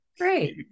great